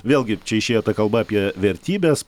vėlgi čia išėjo ta kalba apie vertybes